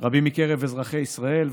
רבים מקרב אזרחי ישראל,